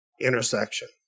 intersection